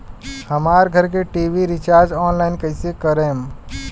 हमार घर के टी.वी रीचार्ज ऑनलाइन कैसे करेम?